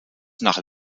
nach